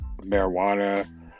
marijuana